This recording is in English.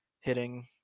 hitting